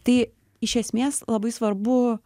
tai iš esmės labai svarbu